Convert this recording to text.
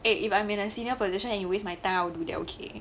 eh if I'm in a senior position and you waste my time I will do that okay